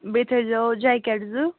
بیٚیہِ تھٲے زیو جکٮ۪ٹ زٕ